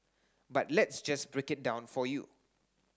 but let's just break it down for you